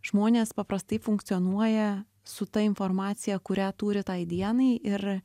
žmonės paprastai funkcionuoja su ta informacija kurią turi tai dienai ir